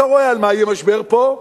אתה רואה על מה יהיה משבר פה,